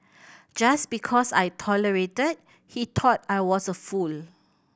just because I tolerated he thought I was a fool